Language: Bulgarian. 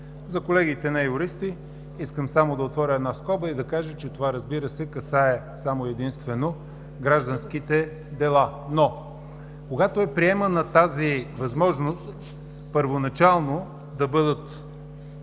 За колегите неюристи искам само да отворя една скоба и да кажа, че това, разбира се, касае само и единствено гражданските дела. Когато е приемана тази възможност първоначално да бъдат